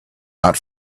not